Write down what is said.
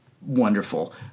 wonderful